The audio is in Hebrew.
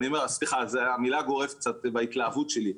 סליחה, המילה 'גורף' היא מההתלהבות שלי.